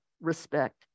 respect